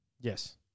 Yes